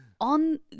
on